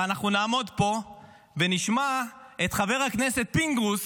אבל אנחנו נעמוד פה ונשמע את חבר הכנסת פינדרוס